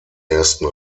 ersten